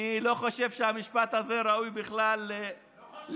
אני לא חושב שהמשפט הזה ראוי בכלל לתגובה.